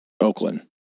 Oakland